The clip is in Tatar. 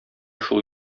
шул